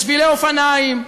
לשבילי אופניים,